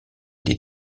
des